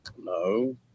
No